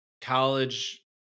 college